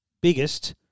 biggest